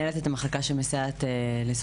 יוקר המחיה משפיע על כולם וקו העוני הוא דבר יחסי.